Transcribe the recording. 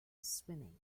swimming